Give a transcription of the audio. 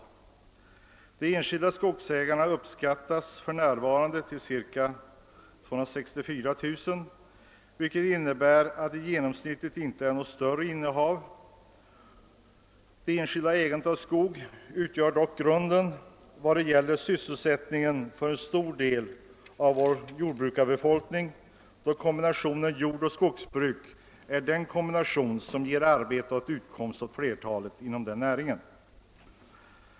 Antalet enskilda skogsägare uppskattas för närvarande till ca 264 000, vilket innebär att det i genomsnitt inte rör sig om några större innehav. Det enskilda ägandet av skog utgör dock grunden för sysselsättningen för en stor del av vår - jordbrukarbefolkning, «eftersom kombinationen jordoch skogsbruk är den som ger arbete och utkomst åt flertalet inom den näringen.